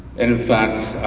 and in fact,